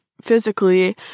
physically